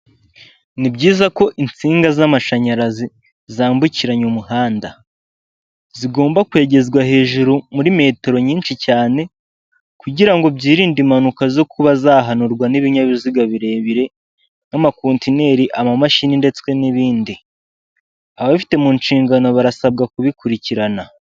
Ni byiza ko insinga z'amashanyarazi zambukiranya umuhanda, zigomba kwegezwa hejuru muri metero nyinshi cyane, kugira ngo byirinde impanuka zo kuba zahanurwa n'ibinyabiziga birebire, nk'amakontineri, amamashini ndetse n'ibindi. Ababifite mu nshingano barasabwa kubikurikirana.